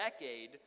decade